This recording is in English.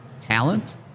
talent